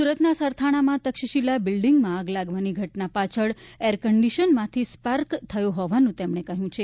સુરતના સરથાણામાં તક્ષશિલા બિલ્ડિંગમાં આગ લાગવાની ઘટના પાછળ એર કન્ડિશનરમાંથી થયો સ્પાર્ક હોવાનું તેમણે કહ્યું છે